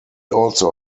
also